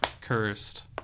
cursed